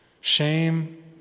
Shame